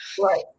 Right